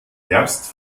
herbst